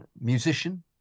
musician